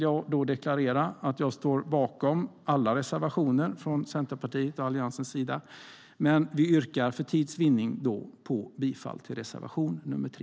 Jag står bakom alla reservationer från Centerpartiet och Alliansen, men yrkar för tids vinnande bifall endast till reservation 3.